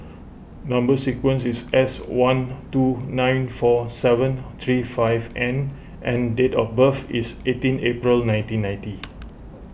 Number Sequence is S one two nine four seven three five N and date of birth is eighteen April nineteen ninety